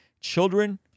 children